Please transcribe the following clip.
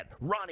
Ronnie